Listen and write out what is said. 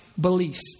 beliefs